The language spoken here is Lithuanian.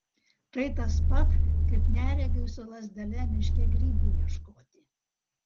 tai tas pat kaip neregiui su lazdele miške grybų ieškoti